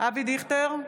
אבי דיכטר,